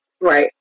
Right